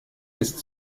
ist